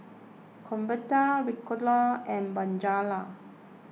Convatec Ricola and Bonjela